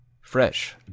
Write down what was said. fresh